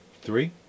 Three